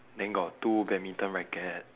then got two badminton racket